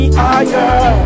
higher